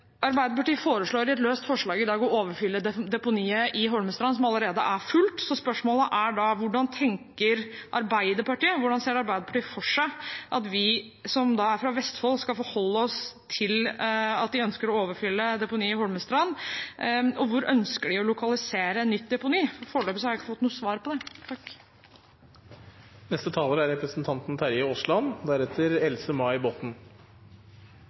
Arbeiderpartiet foreslår i et løst forslag i dag å overfylle deponiet i Holmestrand, som allerede er fullt. Spørsmålet er da: Hvordan ser Arbeiderpartiet for seg at vi som er fra Vestfold, skal forholde oss til at de ønsker å overfylle deponiet i Holmestrand, og hvor ønsker de å lokalisere nytt deponi? Foreløpig har jeg ikke fått noe svar på det. Bare til siste taler: Jeg blir mildt sagt overrasket over inngangen. Å overfylle Langøya er